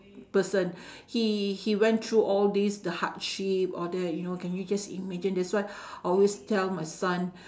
person he he went through all these the hardship all that you know can you just imagine that's why I always tell my son